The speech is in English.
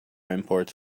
imports